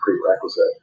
prerequisite